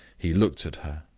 he looked at her,